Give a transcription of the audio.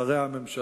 של שרי הממשלה,